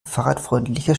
fahrradfreundliche